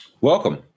Welcome